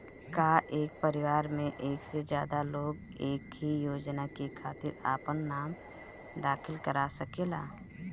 का एक परिवार में एक से ज्यादा लोग एक ही योजना के खातिर आपन नाम दाखिल करा सकेला?